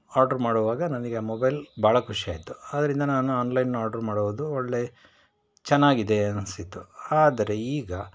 order ಮಾಡುವಾಗ ನನಗೆ mobile ಭಾಳ ಖುಷಿ ಆಯಿತು ಆದ್ದರಿಂದ ನಾನು ಆನ್ಲೈನ್ ಆರ್ಡರ್ ಮಾಡುವುದು ಒಳ್ಳೆಯ ಚೆನ್ನಾಗಿದೆ ಅನಿಸಿತು ಆದರೆ ಈಗ